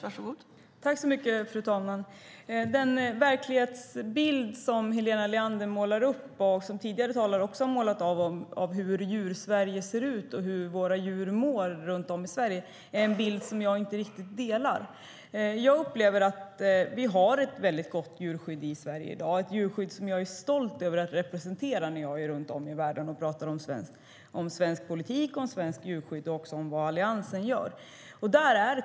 Fru talman! Den verklighetsbild som Helena Leander målar upp, och som tidigare talare också målat upp, om hur Djursverige ser ut och hur våra djur runt om i landet mår är en bild som jag inte riktigt delar. Jag upplever att vi har ett mycket gott djurskydd i Sverige, ett djurskydd som jag är stolt över att representera när jag reser runt i världen och talar om svensk politik, svenskt djurskydd och vad Alliansen gör.